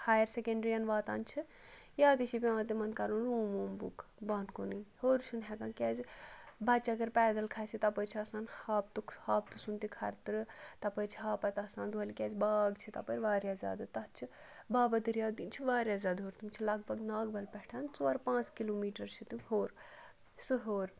higher secondary یَن واتان چھِ یا تہِ چھِ پٮ۪وان تِمَن کَرُن روٗم ووٗم بُک بۄن کُنٕے ہیوٚر چھُنہٕ ہٮ۪کان کیٛازِ بَچہِ اگر پیدَل کھسہِ تَپٲرۍ چھِ آسان ہاپتُک ہاپتہٕ سُنٛد تہِ خطرٕ تَپٲرۍ چھِ ہاپَتھ آسان دۄہلہِ کیٛازِ باغ چھِ تَپٲرۍ واریاہ زیادٕ تَتھ چھِ بابا دٔریا دیٖن چھِ واریاہ زیادٕ ہیوٚر تِم چھِ لَگ بگ ناگبَل پٮ۪ٹھ ژور پانٛژھ کِلوٗ میٖٹَر چھِ تِم ہیوٚر سُہ ہیوٚر